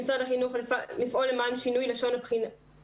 למשרד החינוך לפעול למען שינוי לשון הפנייה